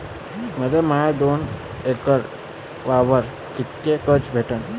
मले माया दोन एकर वावरावर कितीक कर्ज भेटन?